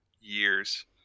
years